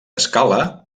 escala